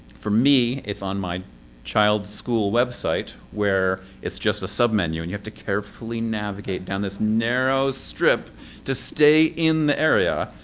for me, it's on my child's school website. where it's just a submenu. and you have to carefully navigate down this narrow strip to stay in the area.